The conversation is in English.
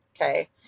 okay